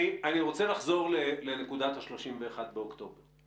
אני רוצה לחזור לנקודת ה-31 באוקטובר.